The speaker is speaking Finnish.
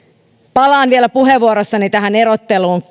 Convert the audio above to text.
palaan vielä puheenvuorossani tähän erotteluun